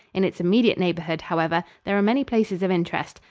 in its immediate neighborhood, however, there are many places of interest,